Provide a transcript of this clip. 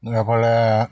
এইফালে